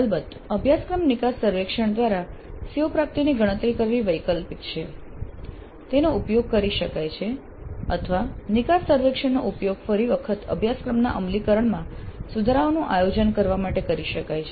અલબત્ત અભ્યાસક્રમ નિકાસ સર્વેક્ષણ દ્વારા CO પ્રાપ્તિની ગણતરી કરવી વૈકલ્પિક છે તેનો ઉપયોગ કરી શકાય છે અથવા નિકાસ સર્વેક્ષણનો ઉપયોગ ફરી વખત અભ્યાસક્રમના અમલીકરણમાં સુધારાઓનું આયોજન કરવા માટે કરી શકાય છે